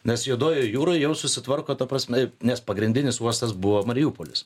nes juodojoje jūroj jau susitvarko ta prasme nes pagrindinis uostas buvo mariupolis